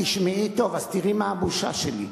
תשמעי טוב, ואז תראי מה הבושה שלי.